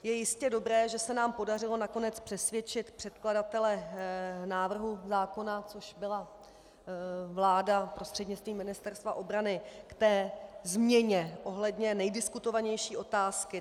Je jistě dobré, že se nám podařilo nakonec přesvědčit předkladatele návrhu zákona, což byla vláda prostřednictvím Ministerstva obrany, ke změně ohledně nejdiskutovanější otázky.